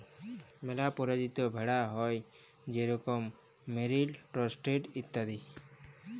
ম্যালা পরজাতির ভেড়া হ্যয় যেরকম মেরিল, ডরসেট ইত্যাদি